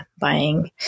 buying